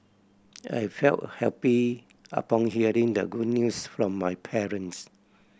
I felt happy upon hearing the good news from my parents